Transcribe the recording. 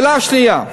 שאלה שנייה: